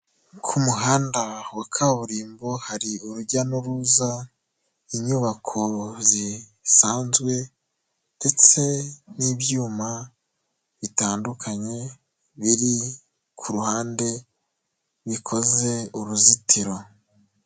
Ku muhanda wa kaburimbo hari urujya n'uruza, inyubako zisanzwe ndetse n'ibyuma bitandukanye biri ku ruhande, bikoze uruzitiro.